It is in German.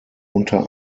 unter